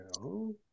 No